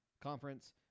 Conference